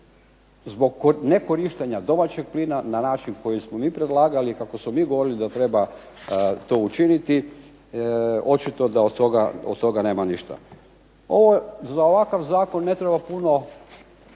zbog nekorištenja domaćeg plina na način koji smo mi predlagali i kako smo mi govorili da treba to učiniti očito da od toga nema ništa. Za ovakav zakon ne treba puno,